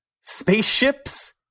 spaceships